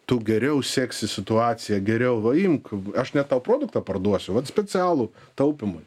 tu geriau seksi situaciją geriau va imk aš net tau produktą parduosiu vat specialų taupymui